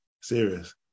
Serious